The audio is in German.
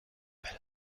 will